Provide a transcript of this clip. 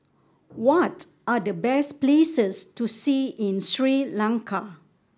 what are the best places to see in Sri Lanka